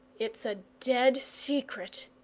it's a dead secret,